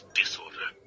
disorder